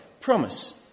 promise